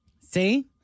see